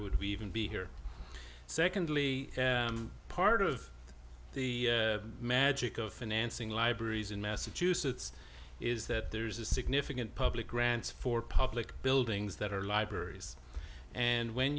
would we even be here secondly part of the magic of financing libraries in massachusetts is that there's a significant public grants for public buildings that are libraries and when